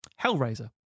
Hellraiser